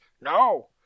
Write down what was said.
No